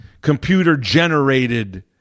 computer-generated